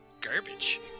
garbage